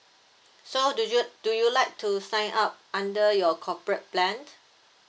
so do you do you like to sign up under your corporate plan